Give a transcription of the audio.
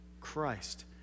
Christ